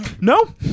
No